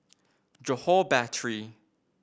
Johore Battery